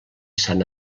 sant